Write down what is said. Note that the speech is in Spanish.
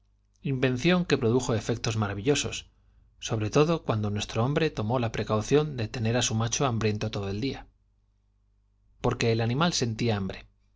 invención que produjo efectos maravillosos sobre todo cuando nuestro hombre tomó la de tener á precaución su macho hambriento todo el día porque el animal sentía hambre